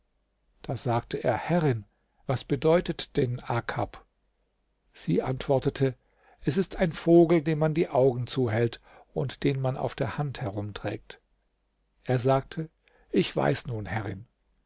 da sagte er herrin was bedeutet denn akab sie antwortete es ist ein vogel dem man die augen zuhält und den man auf der hand herumträgt er sagte ich weiß nun herrin